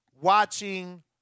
watching